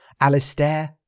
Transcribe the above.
Alistair